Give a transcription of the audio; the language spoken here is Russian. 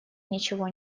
ничего